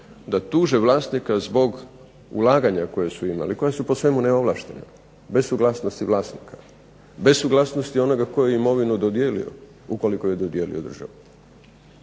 da tuže vlasnika zbog ulaganja koja su imali, koja su po svemu neovlaštena bez suglasnosti vlasnika, bez suglasnosti onoga tko je imovinu dodijelio, ukoliko ju je dodijelio državi.